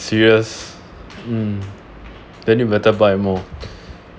serious hmm then you better buy more